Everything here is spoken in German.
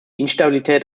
instabilität